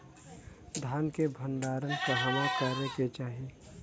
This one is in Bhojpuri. धान के भण्डारण कहवा करे के चाही?